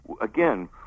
again